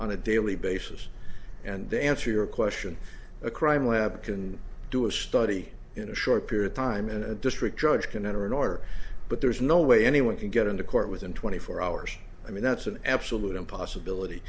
on a daily basis and they answer your question a crime lab can do a study in a short period time in a district judge can enter an order but there's no way anyone can get into court within twenty four hours i mean that's an absolute impossibility